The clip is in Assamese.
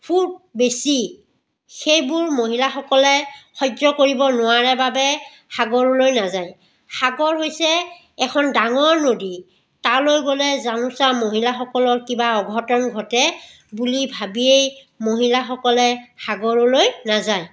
সোঁত বেছি সেইবোৰ মহিলাসকলে সহ্য কৰিব নোৱাৰে বাবে সাগৰলৈ নাযায় সাগৰ হৈছে এখন ডাঙৰ নদী তালৈ গ'লে জানোচা মহিলাসকলৰ কিবা অঘটন ঘটে বুলি ভাবিয়েই মহিলাসকলে সাগৰলৈ নাযায়